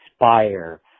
inspire